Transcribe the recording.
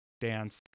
dance